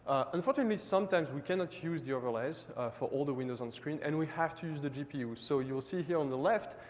unfortunately, sometimes we cannot use the overlays for all the windows on screen, and we have to use the gpu. so you will see here on the left,